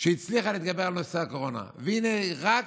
אדוני היושב-ראש,